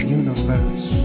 universe